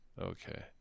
Okay